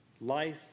life